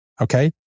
okay